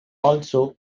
also